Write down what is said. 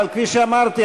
אבל כפי שאמרתי,